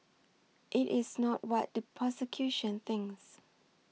it is not what the prosecution thinks